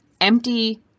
empty